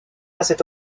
cette